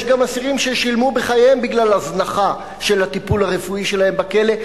יש גם אסירים ששילמו בחייהם בגלל הזנחה של הטיפול הרפואי שלהם בכלא,